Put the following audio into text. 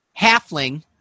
halfling